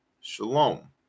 Shalom